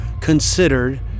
considered